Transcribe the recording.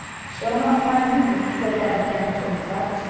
she'll not find me, said bunny brown to himself.